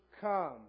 come